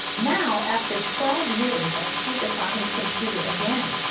now, after twelve years, i see this on his computer again.